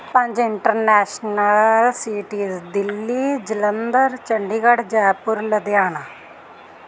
ਪੰਜ international cities Delhi Jalandhar Chandigarh Jaipur Ludhiana